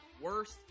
Worst